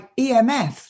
EMF